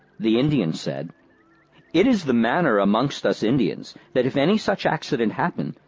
the indians said it is the manner amongst us indians, that if any such accident happen,